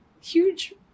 huge